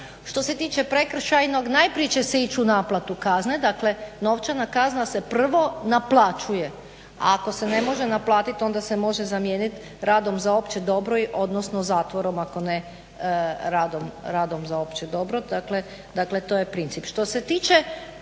Što se tiče prekršajnog najprije će se ići u naplatu kazne. Dakle, novčana kazna se prvo naplaćuje. A ako se ne može naplatit onda se može zamijenit radom za opće dobro, odnosno zatvorom ako ne radom za opće dobro. Dakle, to je princip.